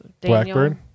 Blackbird